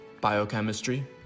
Biochemistry